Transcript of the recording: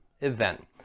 event